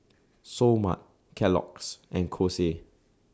Seoul Mart Kellogg's and Kose